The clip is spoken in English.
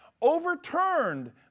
overturned